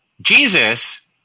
Jesus